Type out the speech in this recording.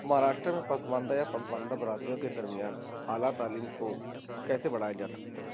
مہاراشٹر میں پسماندہ یا پسماندہ برادریوں کے درمیان اعلیٰ تعلیم کو کیسے بڑھایا جا سکتا ہے